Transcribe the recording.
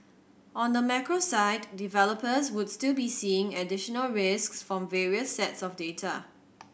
on the macro side developers would still be seeing additional risks from various sets of data